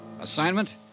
Assignment